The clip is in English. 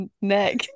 neck